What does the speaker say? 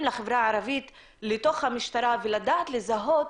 לחברה הערבית לתוך המשטרה ולדעת לזהות